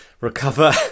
recover